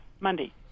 Monday